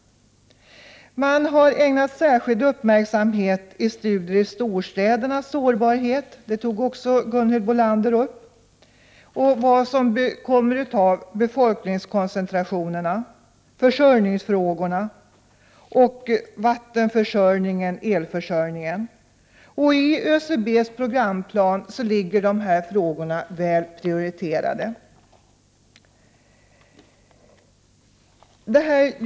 Man har ägnat storstädernas sårbarhet särskild uppmärksamhet och studier, vilket även Gunhild Bolander tog upp. Man har undersökt följden av befolkningskoncentrationerna och hur man skall klara vattenförsörjningen och elförsörjningen. I ÖCB:s plan är dessa frågor högt prioriterade.